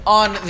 on